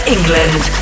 England